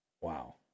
Wow